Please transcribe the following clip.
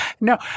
No